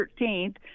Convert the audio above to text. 13th